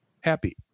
happy